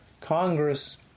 Congress